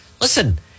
Listen